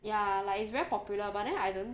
ya like it's very popular but then I don't